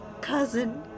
cousin